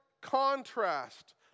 contrast